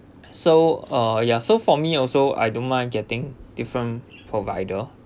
so uh ya so for me also I don't mind getting different provider